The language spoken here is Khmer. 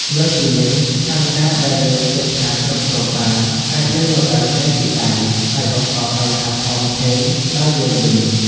លើសពីនេះ ស្ថានការណ៍ដែលយើងគិតថាគ្រប់គ្រងបាន អាចនឹងរអិលចេញពីដៃ ហើយបង្កបញ្ហាធំធេងដល់យើងវិញ។